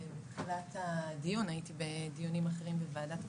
בתחילת הדיון אבל הייתי בדיונים אחרים בוועדת הכספים.